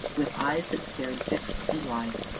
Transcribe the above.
with eyes that stared fixed and wide.